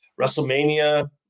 WrestleMania